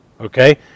Okay